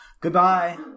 Goodbye